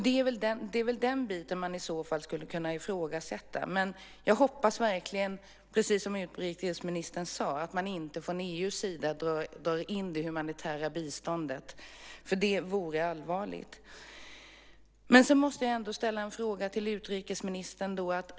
Det är den biten man skulle kunna ifrågasätta. Jag hoppas verkligen, precis som utrikesministern sade, att man från EU:s sida inte drar in det humanitära biståndet, för det vore allvarligt. Jag måste ändå ställa en fråga till utrikesministern.